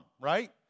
right